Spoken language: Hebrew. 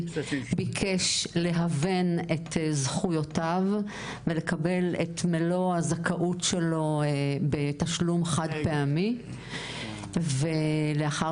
ביקש להבן את זכויותיו ולקבל את מלא הזכאות שלו בתשלום חד-פעמי ואחר